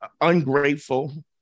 ungrateful